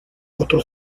otro